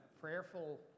prayerful